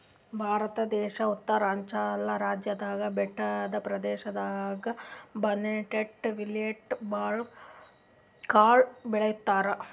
ಭಾರತ ದೇಶ್ ಉತ್ತರಾಂಚಲ್ ರಾಜ್ಯದಾಗ್ ಬೆಟ್ಟದ್ ಪ್ರದೇಶದಾಗ್ ಬರ್ನ್ಯಾರ್ಡ್ ಮಿಲ್ಲೆಟ್ ಕಾಳ್ ಬೆಳಿತಾರ್